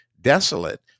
desolate